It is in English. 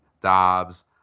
Dobbs